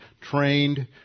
trained